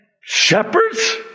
shepherds